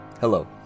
Hello